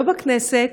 לא בכנסת,